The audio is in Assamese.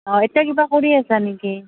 অঁ এতিয়া কিবা কৰি আছা নেকি